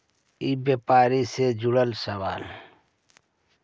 ई व्यापार से जुड़ल सवाल?